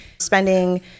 spending